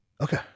Okay